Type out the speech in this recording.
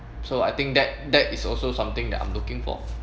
so I think that that is also something that I'm looking for